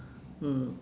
mm